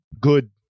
good